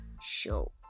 show